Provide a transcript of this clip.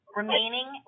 remaining